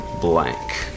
blank